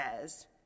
says